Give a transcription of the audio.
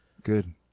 Good